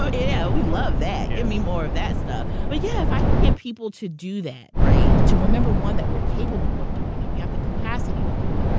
but yeah, we love that, give me more of that stuff, but yeah. if i can get people to do that, right, to remember one, that we're capable of doing it. we have the capacity to do it.